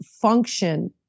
function